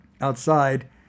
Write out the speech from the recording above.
Outside